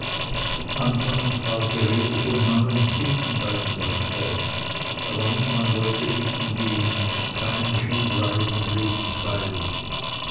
anfangs war die rede von neuem bitten bei dem ritter aber niemand wollte bitten gehen keinem schien leib und leben feil